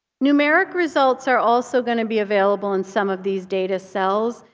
numeric results are also going to be available in some of these data cells.